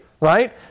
right